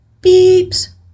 beep's